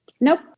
Nope